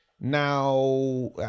Now